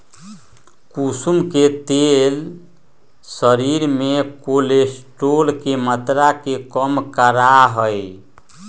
कुसुम के तेल शरीर में कोलेस्ट्रोल के मात्रा के कम करा हई